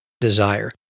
desire